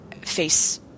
face